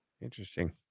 Interesting